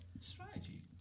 strategy